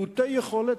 מעוטי יכולת,